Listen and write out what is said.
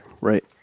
Right